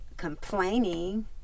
complaining